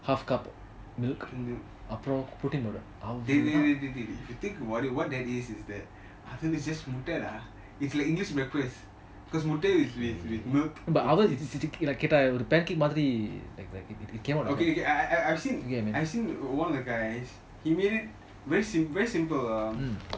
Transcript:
wait wait wait if you think about it what that is is that அது வந்து முட்ட டா:athu vanthu mutta da it's like english breakfast because முட்ட:mutta with with milk okay okay I have seen one of the guys he made it very very simple